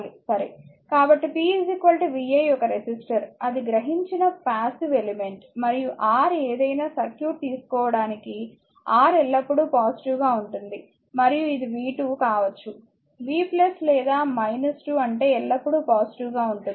కాబట్టి p vi ఒక resistor అది గ్రహించిన పాసివ్ ఎలిమెంట్ మరియు R ఏదైనా సర్క్యూట్ తీసుకోవటానికి R ఎల్లప్పుడూ పాజిటివ్ గా ఉంటుంది మరియు ఇది v2 కావచ్చు v లేదా 2 అంటే ఎల్లప్పుడూ పాజిటివ్ గా ఉంటుంది